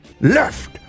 left